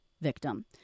victim